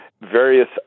various